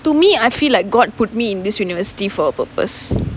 to me I feel like god put me in this university for a purpose